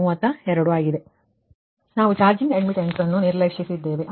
ಈಗ ಯಾಕೆ ನಾವು ಚಾರ್ಜಿಂಗ್ ಅಡ್ಮಿಟೆಂಸ್ ಅನ್ನು ನಿರ್ಲಕ್ಷಿಸಿದ್ದೇವೆ